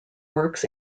works